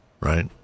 Right